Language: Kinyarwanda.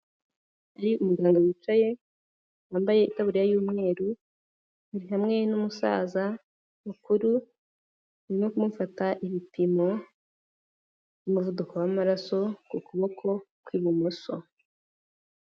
Yari umuganga wicaye, wambaye itabu y'umweru, hamwe n'umusaza mukuru, urimo kumufata ibipimo by'umuvuduko w'amaraso ku kuboko kw'ibumoso.